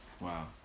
Wow